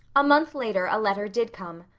a month later a letter did come.